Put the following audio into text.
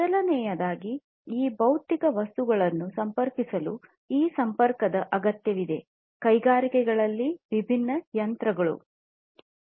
ಮೊದಲನೆಯದಾಗಿ ಈ ಭೌತಿಕ ವಸ್ತುಗಳನ್ನು ಸಂಪರ್ಕಿಸಲು ಕೈಗಾರಿಕೆಗಳಲ್ಲಿ ವಿಭಿನ್ನ ಯಂತ್ರಗಳ ಅಗತ್ಯವಿದೆ